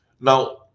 Now